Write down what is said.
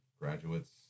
graduates